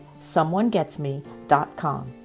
someonegetsme.com